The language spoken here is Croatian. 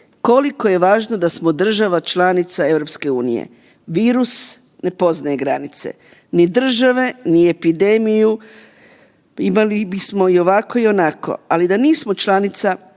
koliko je važno da smo država članica EU. Virus ne poznaje granice, ni države, ni epidemiju imali bismo i ovako i onako, ali da nismo članica